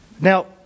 Now